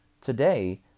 Today